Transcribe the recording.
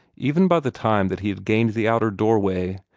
even by the time that he had gained the outer doorway,